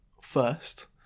first